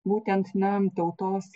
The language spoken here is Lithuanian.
būtent na tautos